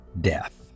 death